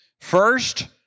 First